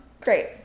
Great